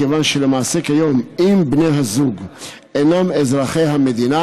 כיוון שלמעשה אם בני הזוג אינם אזרחי המדינה